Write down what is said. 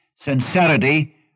Sincerity